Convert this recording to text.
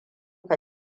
ka